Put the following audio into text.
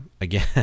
again